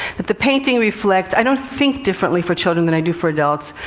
but the painting reflects i don't think differently for children than i do for adults.